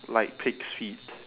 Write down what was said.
like pig's feet